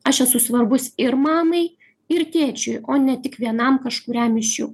aš esu svarbus ir mamai ir tėčiui o ne tik vienam kažkuriam iš jų